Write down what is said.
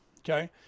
okay